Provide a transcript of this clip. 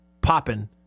popping